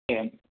एवं